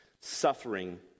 Suffering